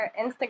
Instagram